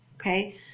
okay